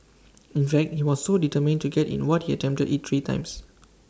in fact he was so determined to get in what he attempted IT three times